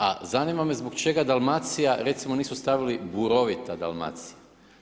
A zanima me zbog čega Dalmacija recimo nisu stavili burovita Dalmacija.